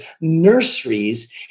nurseries